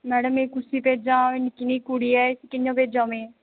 madam में कुसी भेजां निक्की नेही कुड़ी ऐ कियां भेजां में